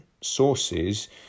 sources